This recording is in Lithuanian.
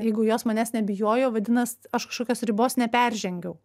jeigu jos manęs nebijojo vadinas aš kažkokios ribos neperžengiau